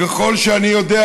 ככל שאני יודע,